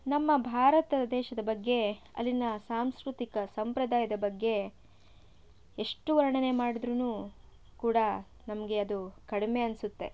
ನಮ್ಮ ಭಾರತ ದೇಶದ ಬಗ್ಗೆ ಅಲ್ಲಿನ ಸಾಂಸ್ಕೃತಿಕ ಸಂಪ್ರದಾಯದ ಬಗ್ಗೆ ಎಷ್ಟು ವರ್ಣನೆ ಮಾಡಿದ್ದರೂನು ಕೂಡ ನಮಗೆ ಅದು ಕಡಿಮೆ ಅನ್ಸತ್ತೆ